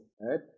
right